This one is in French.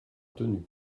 tenu